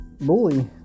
bully